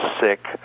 sick